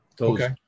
Okay